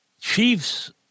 Chiefs